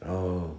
然后